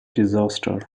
disaster